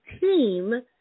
team